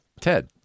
Ted